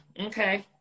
Okay